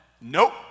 Nope